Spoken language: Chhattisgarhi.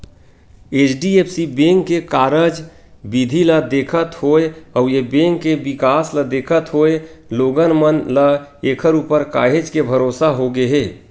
एच.डी.एफ.सी बेंक के कारज बिधि ल देखत होय अउ ए बेंक के बिकास ल देखत होय लोगन मन ल ऐखर ऊपर काहेच के भरोसा होगे हे